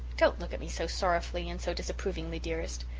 don't look at me so sorrowfully and so disapprovingly, dearest.